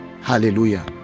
hallelujah